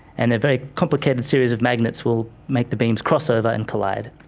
and a very complicated series of magnets will make the beams cross over and collide.